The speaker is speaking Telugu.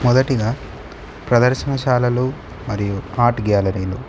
మొదటిగా ప్రదర్శనశాలలు మరియు ఆర్ట్ గ్యాలరీలు